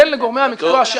-- ניתן לגורמי המקצוע,